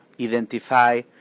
identify